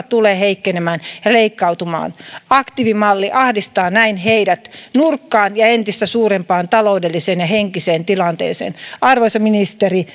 tulee heikkenemään ja leikkautumaan aktiivimalli ahdistaa näin heidät nurkkaan ja entistä suurempaan taloudelliseen ja henkiseen tilanteeseen arvoisa ministeri